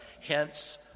Hence